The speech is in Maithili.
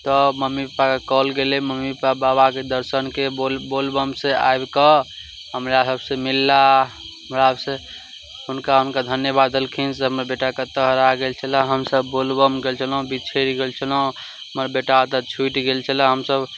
तऽ मम्मी पपाके कॉल गेलै मम्मी पपा बाबाके दर्शन के बोल बोलबम से आबि कऽ हमरा सबसे मिलला हमरा से हुनका हुनका धन्यवाद देलखिन से हमर बेटाके तऽ हरा गेल छलए हमसब बोलबम गेल छलहुॅं बिछैरि गेल छलहुॅं हमर बेटा एतऽ छूटि गेल छलए हमसब